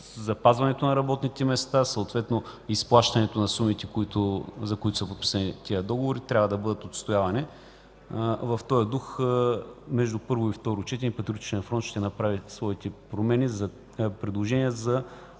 запазването на работните места, съответно изплащането на сумите, за които са подписани тези договори, трябва да бъдат отстоявани. В този дух между първо и второ четене Патриотичният фронт ще направи своите предложения за